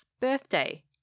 birthday